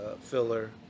filler